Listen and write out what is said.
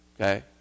okay